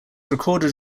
recorded